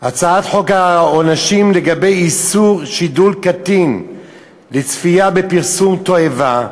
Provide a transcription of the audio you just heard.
הצעת חוק העונשין לגבי איסור שידול קטין לצפייה בפרסום תועבה,